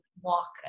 walk